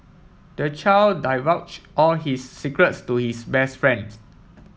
the child divulged all his secrets to his best friends